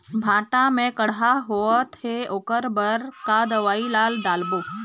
भांटा मे कड़हा होअत हे ओकर बर का दवई ला डालबो?